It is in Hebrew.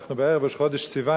שאנחנו בערב ראש חודש סיוון,